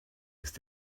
ist